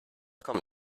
kommt